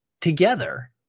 together